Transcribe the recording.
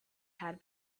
had